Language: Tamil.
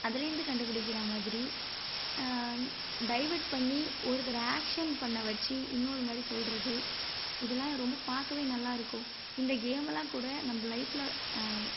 அதுலேருந்து கண்டு பிடிக்கிறா மாதிரி டைவட் பண்ணி ஒருத்தர் ஆக்ஷன் பண்ண வச்சு இன்னொரு மாதிரி சொல்கிறது இதெலாம் ரொம்ப பார்க்க நல்லா இருக்கும் இந்த கேமுலாம் கூட நம்ம லைஃப்பில்